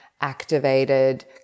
activated